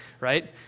right